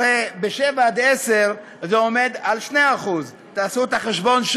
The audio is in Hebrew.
הרי ב-7 10 זה עומד על 2%. תעשו שוב את החשבון,